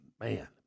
Man